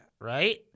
right